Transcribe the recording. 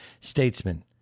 Statesman